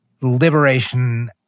liberation